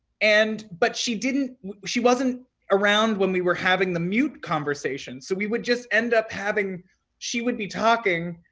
and but she didn't she wasn't around when we were having the mute conversation. so we would just end up having she would be talking,